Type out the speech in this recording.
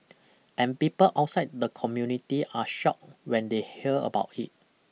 and people outside the community are shocked when they hear about it